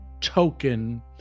token